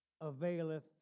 availeth